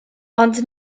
ond